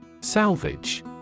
Salvage